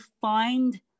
find